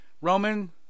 Roman